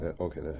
okay